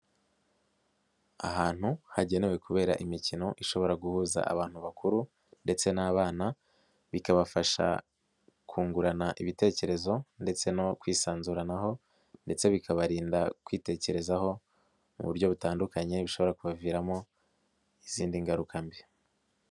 Ahantu hagenewe kubera imikino ishobora guhuza abantu bakuru ndetse n'abana, bikabafasha kungurana ibitekerezo ndetse no kwisanzuranaho ndetse bikabarinda kwitekerezaho mu buryo butandukanye bishobora kubaviramo izindi ngaruka mbi.